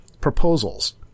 proposals